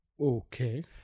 Okay